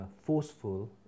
forceful